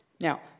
Now